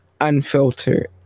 unfiltered